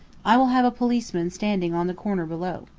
i will have a policeman standing on the corner below.